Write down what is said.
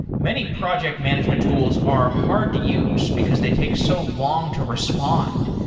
many project management tools are hard to use because they take so long to respond,